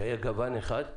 שהיה גוון אחד,